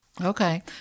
Okay